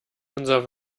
unser